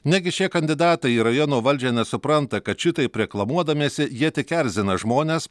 negi šie kandidatai į rajono valdžią nesupranta kad šitaip reklamuodamiesi jie tik erzina žmones